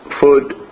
food